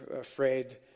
afraid